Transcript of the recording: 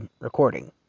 recording